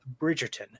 Bridgerton